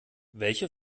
welche